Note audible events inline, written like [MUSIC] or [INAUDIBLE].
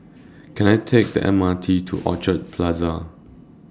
Can I Take [NOISE] The M R T to Orchard Plaza